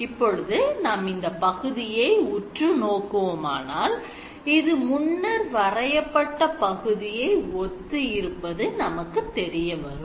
இப்பொழுது நாம் இந்த பகுதியை உற்றுநோக்குவோமானால் இது முன்னர் வரையப்பட்ட பகுதியை ஒத்து இருப்பது நமக்கு தெரிய வரும்